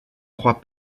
croit